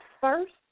first